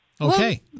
Okay